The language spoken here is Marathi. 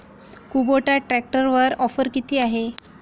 कुबोटा ट्रॅक्टरवर ऑफर किती आहे?